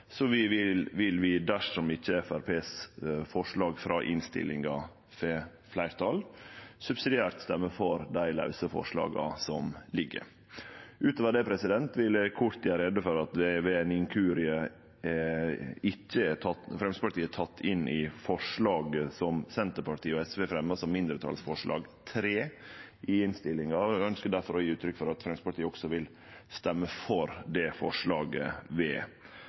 vil vi, dersom ikkje Framstegspartiets forslag frå innstillinga får fleirtal, subsidiært røyste for dei lause forslaga som ligg føre. Utover det vil eg kort gjere greie for at ved ein inkurie er Framstegspartiet ikkje teke med på forslaget som Senterpartiet og SV fremja som mindretalsforslag nr. 3 i innstillinga. Eg ønskjer difor å gje uttrykk for at Framstegspartiet også vil røyste for det forslaget